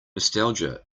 nostalgia